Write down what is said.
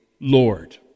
Lord